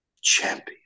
champion